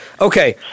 Okay